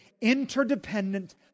interdependent